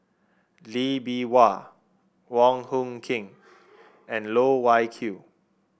Lee Bee Wah Wong Hung Khim and Loh Wai Kiew